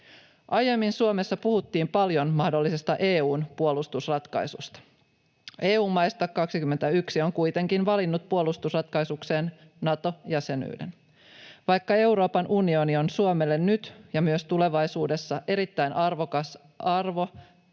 Aiemmin Suomessa puhuttiin paljon mahdollisesta EU:n puolustusratkaisusta. EU-maista 21 on kuitenkin valinnut puolustusratkaisukseen Nato-jäsenyyden. Vaikka Euroopan unioni on Suomelle nyt ja myös tulevaisuudessa erittäin arvokas arvo-,